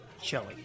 chili